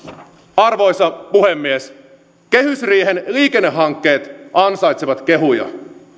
arvoisa puhemies kehysriihen liikennehankkeet ansaitsevat kehuja